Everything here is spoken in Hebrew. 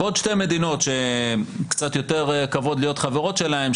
ועוד שתי מדינות שקצת יותר כבוד להיות חברות שלהן,